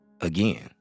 Again